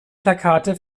plakate